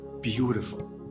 beautiful